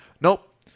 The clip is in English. Nope